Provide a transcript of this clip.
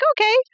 okay